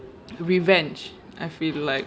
revenge I feel like